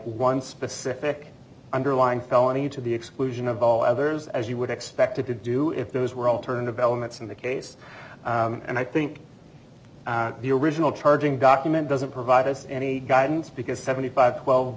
one specific underlying felony to the exclusion of all others as you would expect it to do if those were alternative elements in the case and i think the original charging document doesn't provide us any guidance because seventy five twelve